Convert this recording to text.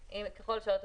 וכו'.